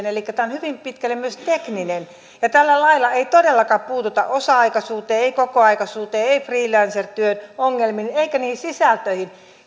elikkä tämä on hyvin pitkälle myös tekninen tällä lailla ei todellakaan puututa osa aikaisuuteen ei kokoaikaisuuteen ei freelancertyön ongelmiin eikä niihin sisältöihin